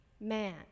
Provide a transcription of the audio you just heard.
man